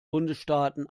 bundesstaaten